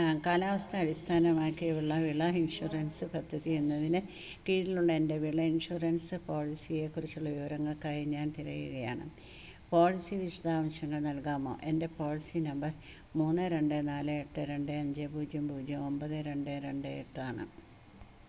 കാലാവസ്ഥ അടിസ്ഥാനമാക്കിയുള്ള വിള ഇൻഷുറൻസ് പദ്ധതി എന്നതിനു കീഴിലുള്ള എന്റെ വിള ഇൻഷുറൻസ് പോളിസിയേക്കുറിച്ചുള്ള വിവരങ്ങൾക്കായി ഞാൻ തിരയുകയാണ് പോളിസി വിശദാംശങ്ങൾ നൽകാമോ എന്റെ പോളിസീ നമ്പർ മൂന്ന് രണ്ട് നാല് എട്ട് രണ്ട് അഞ്ച് പൂജ്യം പൂജ്യം ഒൻപത് രണ്ട് രണ്ട് എട്ടാണ്